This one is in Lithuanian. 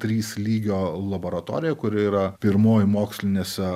trys lygio laboratoriją kuri yra pirmoji mokslinėse